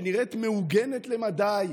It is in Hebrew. שנראית מהוגנת למדי,